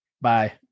Bye